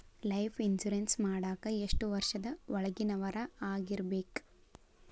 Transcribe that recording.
Life insurance ಮಾಡಾಕ ಎಷ್ಟು ವರ್ಷದ ಒಳಗಿನವರಾಗಿರಬೇಕ್ರಿ?